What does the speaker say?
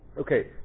Okay